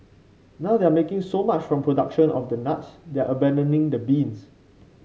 now they're making so much from production of the nuts that they're abandoning the beans